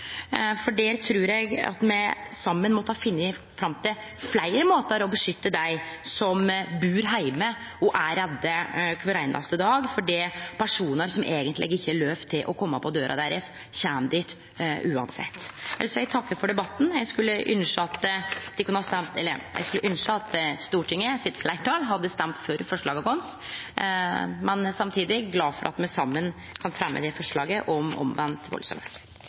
for der trur eg at me saman måtte ha funne fram til fleire måtar å beskytte dei på som bur heime og er redde kvar einaste dag fordi personar som eigentleg ikkje har lov til å kome på døra deira, kjem dit uansett. Eg takkar for debatten. Eg skulle ynskje at fleirtalet i Stortinget hadde stemt for forslaga våre, men eg er samtidig glad for at me saman kan fremje forslaget om omvend valdsalarm. Nok en gang diskuterer vi dette alvorlige temaet i Stortinget, og nok en gang er temaet omvendt